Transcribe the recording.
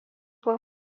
buvo